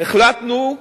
החלטנו,